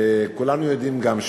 וכולנו יודעים גם,